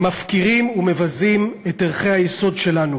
מפקירים ומבזים את ערכי היסוד שלנו: